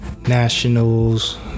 Nationals